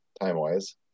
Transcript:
time-wise